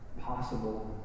possible